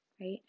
right